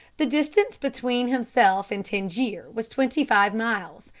the distance between himself and tangier was twenty-five miles,